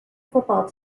football